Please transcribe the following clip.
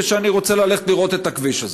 מפני שאני רוצה ללכת לראות את הכביש הזה.